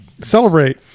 Celebrate